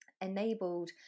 enabled